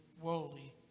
worldly